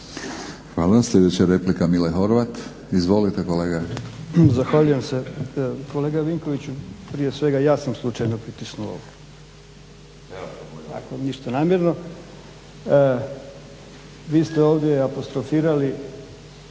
Hvala. Sljedeća replika Mile Horvat. Izvolite kolega. **Horvat, Mile (SDSS)** Zahvaljujem se. Kolega Vinkoviću, prije svega ja sam slučajno pritisnuo ako ništa namjerno. Vi ste ovdje apostrofirali